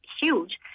huge